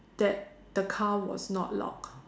that the car was not locked